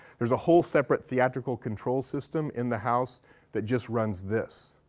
there's a whole separate theatrical control system in the house that just runs this,